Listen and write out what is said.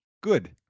good